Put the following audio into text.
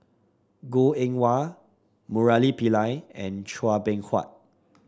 Goh Eng Wah Murali Pillai and Chua Beng Huat